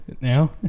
now